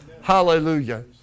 Hallelujah